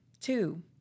two